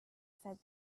said